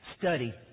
study